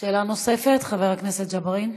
שאלה נוספת, חבר הכנסת ג'בארין.